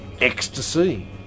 Ecstasy